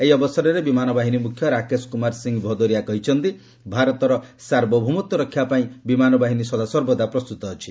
ଏହି ଅବସରରେ ବିମାନ ବାହିନୀ ମୁଖ୍ୟ ରାକେଶ୍ କୁମାର ସିଂହ ଭଦୌରିଆ କହିଥିଲେ ଭାରତର ସାର୍ବଭୌମତ୍ୱ ରକ୍ଷାପାଇଁ ବିମାନ ବାହିନୀ ସଦାସର୍ବଦା ପ୍ରସ୍ତୁତ ଅଛି